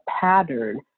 pattern